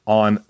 on